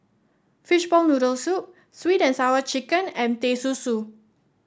Fishball Noodle Soup sweet and Sour Chicken and Teh Susu